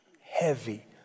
heavy